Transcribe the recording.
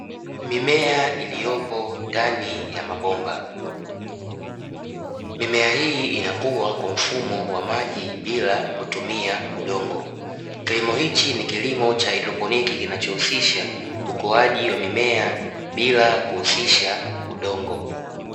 Mimea iliyopo ndani ya mabomba, mimea hii inakua kwa mfumo wa maji bila kutumia udongo. Kilimo hichi ni kilimo cha haidroponi kinachohusisha ukuaji wa mimea bila kuhusisha udongo.